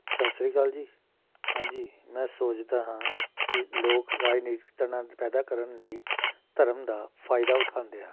ਸਤਿ ਸ਼੍ਰੀ ਅਕਾਲ ਜੀ ਹਾਂਜੀ ਮੈਂ ਸੋਚਦਾ ਹਾਂ ਕਿ ਲੋਕ ਰਾਜਨੀਤਿਕ ਤਣਾਅ ਪੈਦਾ ਕਰਨ ਲਈ ਧਰਮ ਦਾ ਫਾਇਦਾ ਉਠਾਉਂਦੇ ਹਾਂ